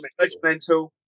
judgmental